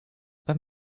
beim